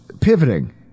pivoting